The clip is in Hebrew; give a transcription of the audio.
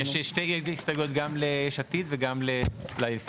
יש שתי ההסתייגות, גם ליש עתיד וגם לעבודה.